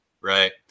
right